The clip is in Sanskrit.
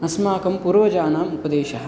अस्माकं पूर्वजानाम् उपदेशः